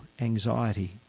anxiety